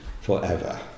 forever